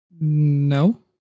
No